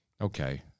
okay